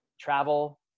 Travel